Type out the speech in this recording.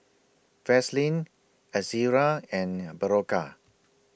Vaselin Ezerra and Berocca